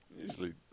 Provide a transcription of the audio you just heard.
Usually